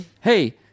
hey